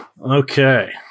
Okay